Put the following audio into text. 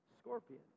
scorpion